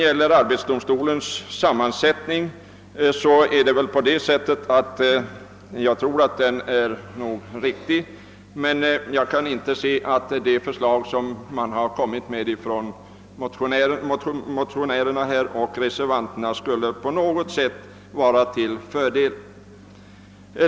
I fråga om arbetsdomstolens sammansättning tycker jag nog att den är riktig, och jag kan inte finna att det förslag som motionärerna och reservanterna har framlagt på något sätt skulle vara till fördel.